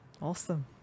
awesome